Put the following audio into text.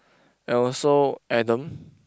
and also Adam